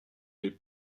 les